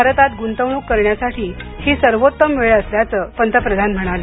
भारतात गुंतवणूक करण्यासाठी ही सर्वोत्तम वेळ असल्याचं पंतप्रधान म्हणाले